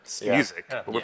music